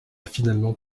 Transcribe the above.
finalement